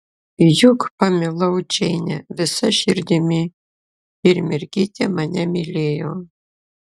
juk pamilau džeinę visa širdimi ir mergytė mane mylėjo